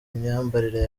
imyambarire